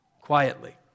quietly